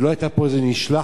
כי לא היתה פה איזה משלחת